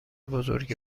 بزرگی